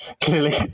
clearly